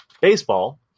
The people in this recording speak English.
baseball